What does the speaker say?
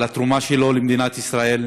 על התרומה שלו למדינת ישראל.